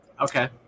Okay